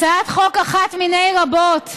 הצעת חוק אחת מני רבות,